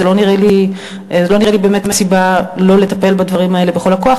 זו לא נראית לי באמת סיבה לא לטפל בדברים האלה בכל הכוח.